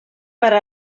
per